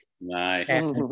Nice